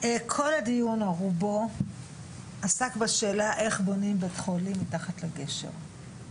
כל הדיון או רובו עסק בשאלה איך בונים בית חולים מתחת לגשר.